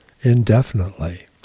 indefinitely